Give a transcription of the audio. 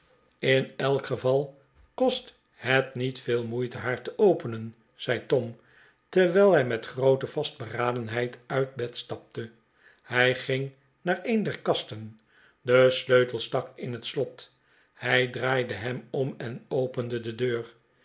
in elk geval kost het niet veel moeite haar te openen zei tom terwijl hij met groote vastberadenheid uit bed stapte hij ging naar een der kasten de sleutel stak in het slot hij draaide hem om en opende de deur